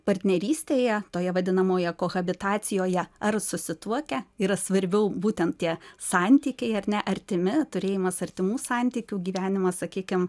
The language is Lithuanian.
partnerystėje toje vadinamoje kohabitacijoje ar susituokę yra svarbiau būtent tie santykiai ar ne artimi turėjimas artimų santykių gyvenimas sakykim